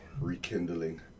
rekindling